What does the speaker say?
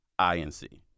INC